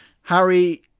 Harry